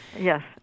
Yes